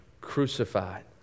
crucified